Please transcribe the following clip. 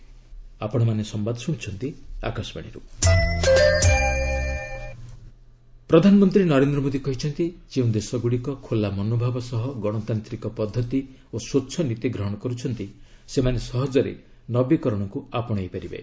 Indo Japan Samvad conference ପ୍ରଧାନମନ୍ତ୍ରୀ ନରେନ୍ଦ୍ର ମୋଦି କହିଛନ୍ତି ଯେଉଁ ଦେଶଗୁଡ଼ିକ ଖୋଲା ମନୋଭାବ ସହ ଗଣତାନ୍ତିକ ପଦ୍ଧତି ଓ ସ୍ୱଚ୍ଛ ନୀତି ଗ୍ରହଣ କରୁଛନ୍ତି ସେମାନେ ସହଜରେ ନବୀକରଣକୁ ଆପଣେଇ ପାରିବେ